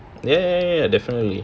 ya ya ya definitely